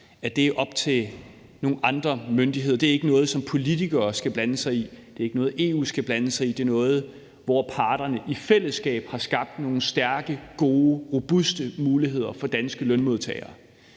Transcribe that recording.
har sagt er op til nogle andre myndigheder, altså at det ikke er noget, som politikere skal blande sig i, at det ikke er noget, EU skal blande sig i, men noget, hvor parterne i fællesskab har skabt nogle stærke, gode og robuste muligheder for danske lønmodtagere.